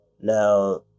Now